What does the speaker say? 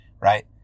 Right